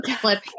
flip